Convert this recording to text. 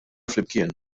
flimkien